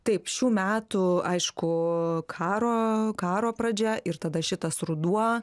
taip šių metų aišku karo karo pradžia ir tada šitas ruduo